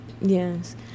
yes